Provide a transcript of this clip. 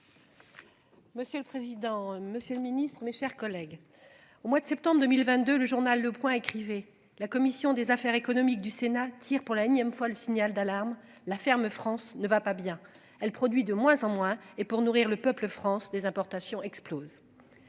Monsieur le président, Monsieur le Ministre, mes chers collègues. Au mois de septembre 2022, le journal Le Point écrivez. La commission des affaires économiques du Sénat tirent pour la nième fois le signal d'alarme. La ferme France ne va pas bien, elle produit de moins en moins et pour nourrir le peuple France des importations explosent.